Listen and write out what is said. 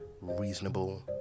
reasonable